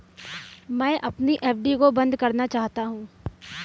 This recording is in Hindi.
मैं अपनी एफ.डी को बंद करना चाहता हूँ